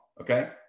Okay